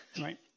Right